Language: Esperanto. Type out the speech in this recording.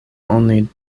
oni